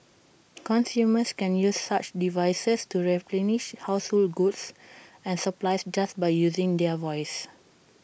consumers can use such devices to replenish household goods and supplies just by using their voice